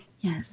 yes